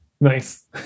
Nice